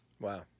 Wow